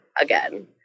again